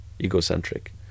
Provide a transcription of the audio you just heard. egocentric